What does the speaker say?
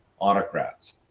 autocrats